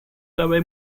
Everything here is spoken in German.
dabei